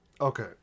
Okay